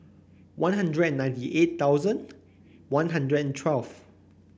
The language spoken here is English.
One Hundred and ninety eight thousand One Hundred and twelfth